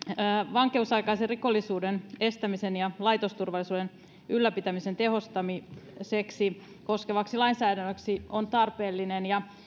vankeusaikaisen rikollisuuden estämisen ja laitosturvallisuuden ylläpitämisen tehostamista koskevaksi lainsäädännöksi on tarpeellinen ja